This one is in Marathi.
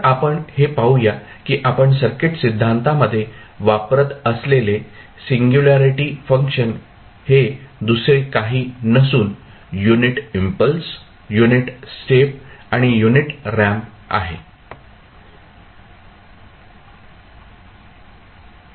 तर आपण हे पाहूया की आपण सर्किट सिद्धांतामध्ये वापरत असलेले सिंगुल्यारीटी फंक्शन हे दुसरे काही नसुन युनिट इम्पल्स युनिट स्टेप आणि युनिट रॅम्प आहे